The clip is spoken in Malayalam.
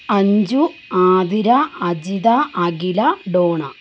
അഞ്ജു ആതിര അജിത അഖില ഡോണ